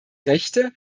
rechte